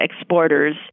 exporters